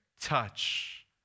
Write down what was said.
touch